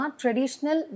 traditional